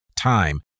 time